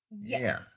Yes